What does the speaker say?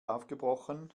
aufgebrochen